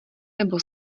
nebo